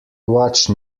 watch